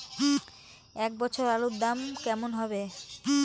এ বছর আলুর দাম কেমন হবে?